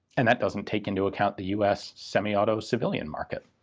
and that doesn't take into account the us semi-auto civilian market.